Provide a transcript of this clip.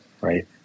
Right